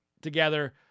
together